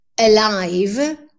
alive